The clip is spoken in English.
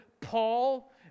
Paul